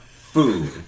Food